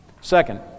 Second